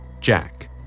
Jack